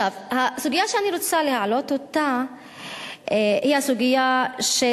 הסוגיה שאני רוצה להעלות היא הסוגיה של